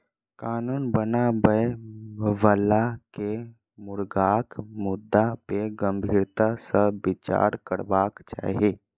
कानून बनाबय बला के मुर्गाक मुद्दा पर गंभीरता सॅ विचार करबाक चाही